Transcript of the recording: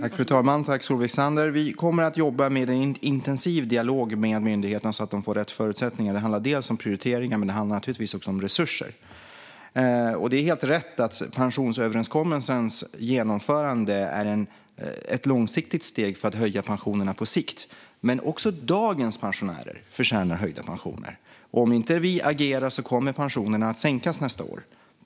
Fru talman! Tack, Solveig Zander! Vi kommer att jobba med en intensiv dialog med myndigheterna så att de får rätt förutsättningar. Det handlar om prioriteringar, men det handlar naturligtvis också om resurser. Det är helt rätt att pensionsöverenskommelsens genomförande är ett långsiktigt steg för att höja pensionerna på sikt. Men också dagens pensionärer förtjänar höjda pensioner. Om inte vi agerar kommer pensionerna att sänkas nästa år.